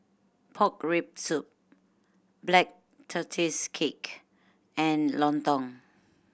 pork rib soup Black Tortoise Cake and lontong